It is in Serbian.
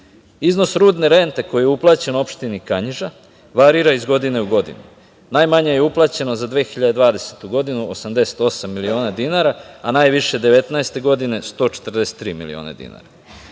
mesta. Iznos rudne rente koji je uplaćen opštini Kanjiža, varira iz godine u godinu. Najmanje je uplaćeno za 2020. godinu 88 miliona dinara, a najviše 2019. godine 143 miliona dinara.